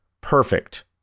perfect